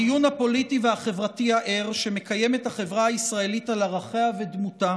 בדיון הפוליטי והחברתי הער שמקיימת החברה הישראלית על ערכיה ודמותה